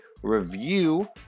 Review